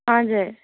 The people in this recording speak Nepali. हजुर